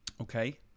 okay